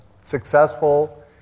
successful